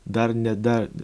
dar ne dar